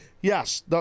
yes